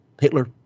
Hitler